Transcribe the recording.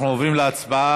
אנחנו עוברים להצבעה.